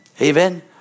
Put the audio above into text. Amen